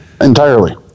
entirely